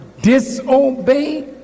disobey